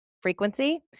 frequency